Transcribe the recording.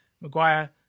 Maguire